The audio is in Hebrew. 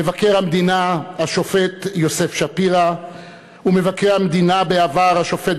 מבקר המדינה השופט יוסף שפירא ומבקרי המדינה בעבר השופט